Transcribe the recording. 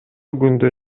күндө